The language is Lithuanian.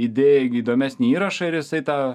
įdėjai įdomesnį įrašą ir jisai tą